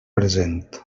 present